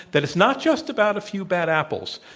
that it's not just about a few bad apples,